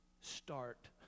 Start